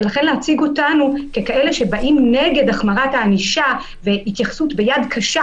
ולכן להציג אותנו ככאלה שבאים נגד החמרת הענישה והתייחסות ביד קשה,